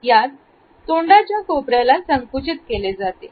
यात तोंडाच्या कोपऱ्याला संकुचित केले जाते